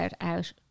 out